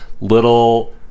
little